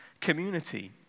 community